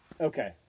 Okay